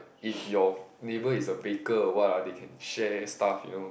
if your neighbour is a baker or what ah they can share stuff you know